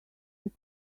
but